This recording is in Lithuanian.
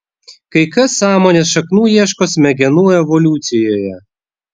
kai kas sąmonės šaknų ieško smegenų evoliucijoje